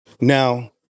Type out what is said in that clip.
Now